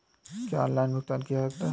क्या ऑनलाइन भुगतान किया जा सकता है?